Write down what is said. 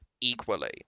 equally